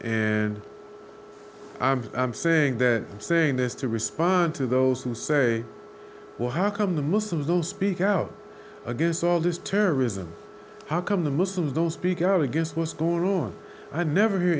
and i'm saying that i'm saying this to respond to those who say well how come the muslims don't speak out against all this terrorism how come the muslims don't speak out against what's going on i never hear